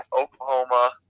Oklahoma